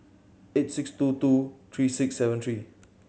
eight six two two three six seven three